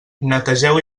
netegeu